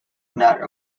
not